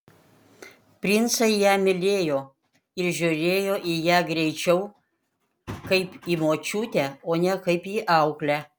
princai ją mylėjo ir žiūrėjo į ją greičiau kaip į močiutę o ne kaip į auklę